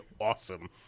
awesome